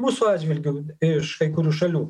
mūsų atžvilgiu iš kai kurių šalių